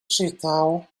czytał